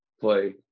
play